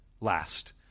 last